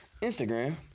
Instagram